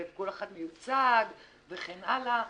וכל אחד מיוצג וכן הלאה,